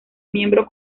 miembro